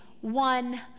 one